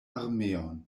armeon